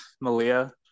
Malia